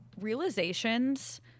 realizations